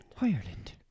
Ireland